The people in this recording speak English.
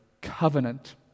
covenant